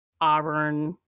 auburn